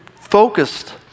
focused